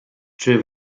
czy